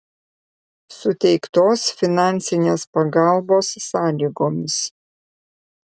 suteiktos finansinės pagalbos sąlygomis